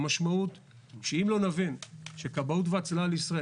המשמעות היא שאם לא נבין שכבאות והצלה לישראל,